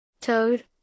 Toad